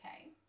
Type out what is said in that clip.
okay